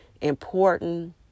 important